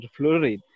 fluoride